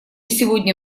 сегодня